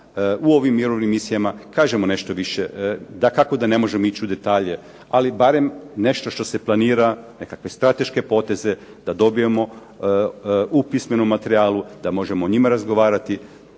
u ovim mirovnim misijama kažemo nešto više, dakako da ne možemo ići u detalje, ali barem nešto što se planira, nekakve strateške poteze da dobijemo u pismenom materijalu, da možemo o njima razgovarati,